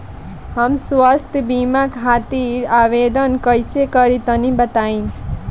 हम स्वास्थ्य बीमा खातिर आवेदन कइसे करि तनि बताई?